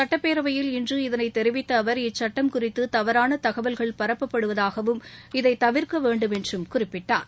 சட்டப்பேரவையில் இன்று இதனை தெரிவித்த அவர் இச்சட்டம் குறித்து தவறான தகவல்கள் பரப்பப்படுவதாகவும் இதை தவிர்க்க வேண்டும் என்றும் குறிப்பிட்டார்